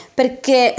perché